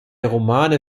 romane